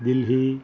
Delhi